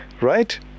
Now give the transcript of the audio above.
Right